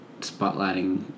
spotlighting